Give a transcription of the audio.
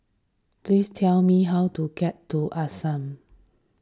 please tell me how to get to the Ashram